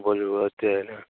बोलिये वते